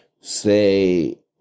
say